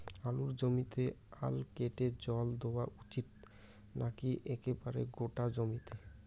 আলুর জমিতে আল কেটে জল দেওয়া উচিৎ নাকি একেবারে গোটা জমিতে?